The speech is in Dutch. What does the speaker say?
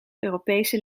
europese